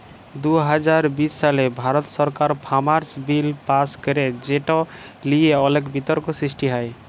দু হাজার বিশ সালে ভারত সরকার ফার্মার্স বিল পাস্ ক্যরে যেট লিয়ে অলেক বিতর্ক সৃষ্টি হ্যয়